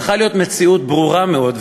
צריכה להיות מציאות ברורה מאוד,